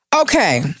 Okay